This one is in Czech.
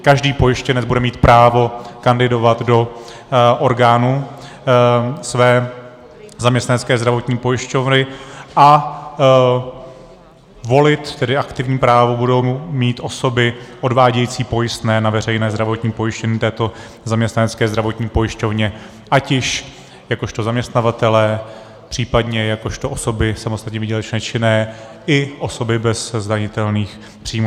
Každý pojištěnec bude mít právo kandidovat do orgánů své zaměstnanecké zdravotní pojišťovny a volit, tedy aktivní právo budou mít osoby odvádějící pojistné na veřejné zdravotní pojištění této zaměstnanecké zdravotní pojišťovně, ať již jakožto zaměstnavatelé, případně jakožto osoby samostatně výdělečně činné, i osoby bez zdanitelných příjmů.